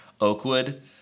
Oakwood